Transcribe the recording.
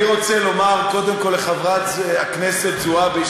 אני רוצה לומר קודם כול לחברת הכנסת זועבי,